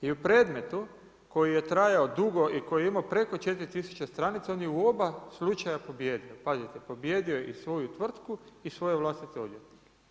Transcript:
I u predmetu koji je trajao dugo i koji je imao preko 4 000 stranica, on je u oba slučaja pobijedio, pazite, pobijedio je i svoju tvrtku i svoje vlastite odvjetnike.